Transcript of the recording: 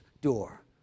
door